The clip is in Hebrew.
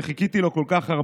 שחיכיתי לו כל כך,